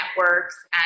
networks